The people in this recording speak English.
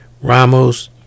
Ramos